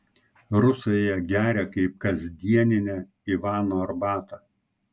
rusai ją geria kaip kasdieninę ivano arbatą